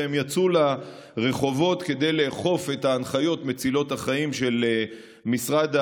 והם יצאו לרחובות כדי לאכוף את ההנחיות מצילות החיים של משרד הבריאות,